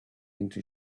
into